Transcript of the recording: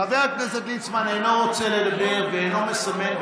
חבר הכנסת ליצמן אינו רוצה לדבר ואינו מסמן,